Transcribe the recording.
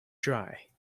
dry